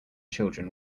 children